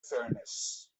fairness